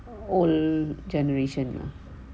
old generation lah